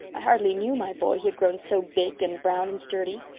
i hardly knew my boy, he had grown so big and brown and sturdy.